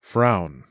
Frown